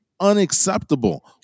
unacceptable